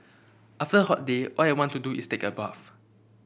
after a hot day all I want to do is take a bath